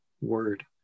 word